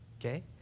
okay